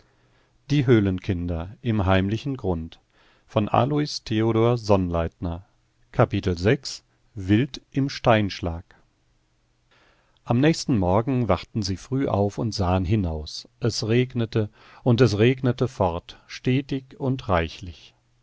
im steinschlag am nächsten morgen wachten sie früh auf und sahen hinaus es regnete und es regnete fort stetig und reichlich